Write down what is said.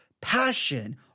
passion